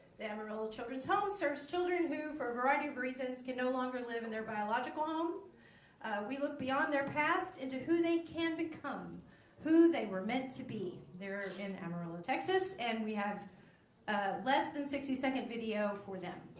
the amarillo children's home serves children who for a variety of reasons can no longer live in their biological home we look beyond their past into who they can become who they were meant to be there are in amarillo texas and we have less than sixty second video for them